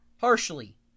harshly